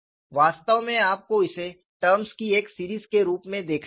वास्तव में आपको इसे टर्म्स की एक सीरीज के रूप में देखना चाहिए